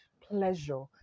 pleasure